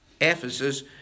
Ephesus